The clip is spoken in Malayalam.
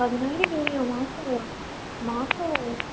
പതിനായിരം രൂപയോ മാസമോ മാസമോ